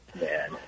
man